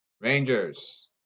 Rangers